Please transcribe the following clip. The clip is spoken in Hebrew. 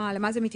למה זה מתייחס?